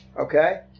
Okay